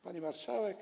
Pani Marszałek!